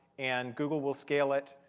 and google will scale it.